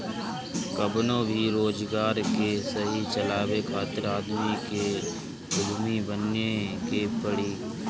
कवनो भी रोजगार के सही चलावे खातिर आदमी के उद्यमी बने के पड़ी